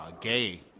gay